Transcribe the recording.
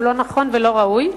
הוא לא נכון ולא ראוי,